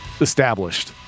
established